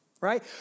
right